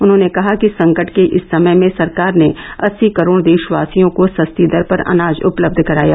उन्होंने कहा कि संकट के इस समय में सरकार ने अस्सी करोड़ देशवासियों को सस्ती दर पर अनाज उपलब्ध कराया